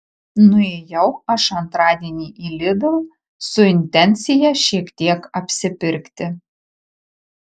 nuėjau aš antradienį į lidl su intencija šiek tiek apsipirkti